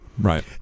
Right